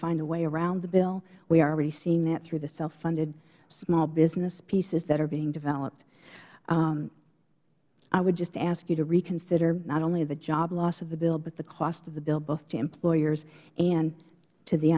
find a way around the bill we have already seen that through the self funded small business pieces that are being developed i would just ask you to reconsider not only the job loss of the bill but the cost of the bill both to employers and to the